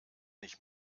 nicht